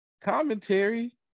commentary